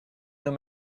nos